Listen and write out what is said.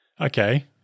Okay